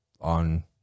on